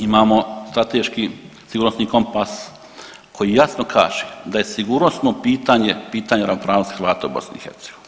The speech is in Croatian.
Imamo strateški sigurnosni kompas koji jasno kaže da je sigurnosno pitanje, pitanje ravnopravnosti Hrvata u BiH.